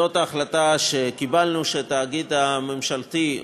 זאת ההחלטה שקיבלנו, התאגיד הממשלתי.